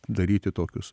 daryti tokius